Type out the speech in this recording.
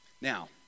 Now